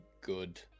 good